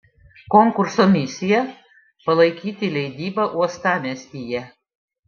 konkurso misija palaikyti leidybą uostamiestyje